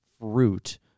fruit